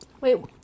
Wait